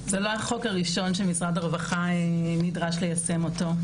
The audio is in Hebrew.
זה לא החוק הראשון שמשרד הרווחה נדרש ליישם אותו,